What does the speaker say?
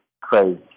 crazy